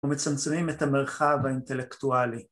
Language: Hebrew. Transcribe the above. ‫ומצמצמים את המרחב האינטלקטואלי.